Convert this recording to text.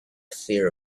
fear